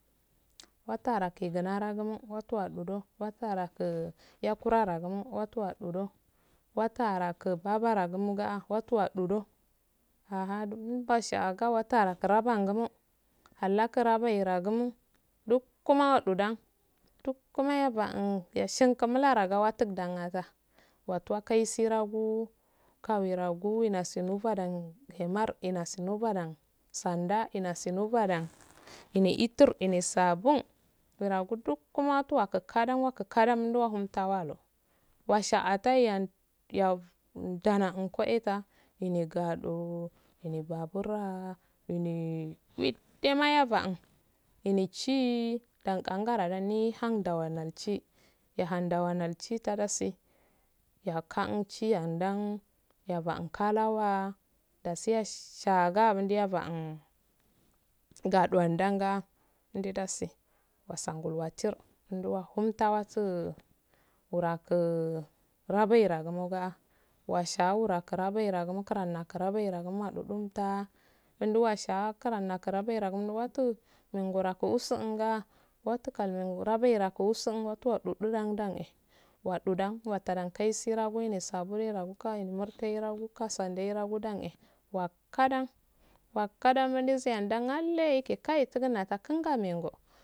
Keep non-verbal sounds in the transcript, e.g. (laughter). Wataharake gnaragmo wattu waɗu doh watuu haraku yakura ragumo watu waɗu do watu haraku babaragumo gaah watu waɗu doh haha donun bashaga wattaharaku 'angumo hallaku rabaya gumo hallaku rabayerguno dukgunmo oḏudan dukguma yabo uwn yeshingu mwlaraga wattudagga watu watukarsi rogu kawiyaggu wunasi umfodan himmar inasi mufodan sanda inasi mufoddah intur inesi saban eragu ɗduk matu waku kadan woku kaddan doh whun tawalo washa atahiya (hesitation) nddana uh koyita inehh gaɗo ihme babura ineh inneh ebon ihineh chii indan qan qaradan nihanddan wallan chii indan ihundwalla chita dasi yeka un chiyenda yebo uh kalawa dashi esshagan mundi ebo'un gaɗon sanda numdi dasi wassongol wattir ndu wohunttawasu worakgu rabiragumo ga washa'ah wuraku raibaragumu mukra nakura gu madu ɗumtta mundi wsha ah nakra nakrabira ga wattu mainagora h su unah watungoira baira wusu un wattu waɗu ɗu dan eeh wotudan watadan koisu rogu wene sabuze ragu ka murttaye kasanderogu eh dan eeh wokaddan woka dando mundi siyar dan allah ke kayi tundu ka gamme go